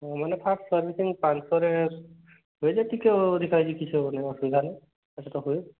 ହଁ ମାନେ fast servicing ପାଞ୍ଚଶହରେ ହୁଏ ଯେ ଟିକେ ଅଧିକା ହେଇଛି ହବନି ଅସୁବିଧା ନାହିଁ ତ ହୁଏ